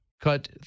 cut